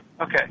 Okay